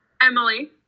Emily